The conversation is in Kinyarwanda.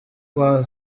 kwa